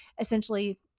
essentially